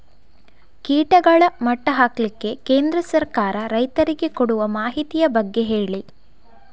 ಕೀಟಗಳ ಮಟ್ಟ ಹಾಕ್ಲಿಕ್ಕೆ ಕೇಂದ್ರ ಸರ್ಕಾರ ರೈತರಿಗೆ ಕೊಡುವ ಮಾಹಿತಿಯ ಬಗ್ಗೆ ಹೇಳಿ